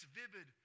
vivid